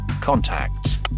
contacts